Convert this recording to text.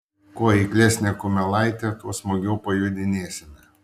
kuo eiklesnė kumelaitė tuo smagiau pajodinėsime